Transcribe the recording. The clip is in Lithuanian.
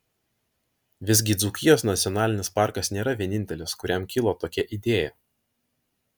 visgi dzūkijos nacionalinis parkas nėra vienintelis kuriam kilo tokia idėja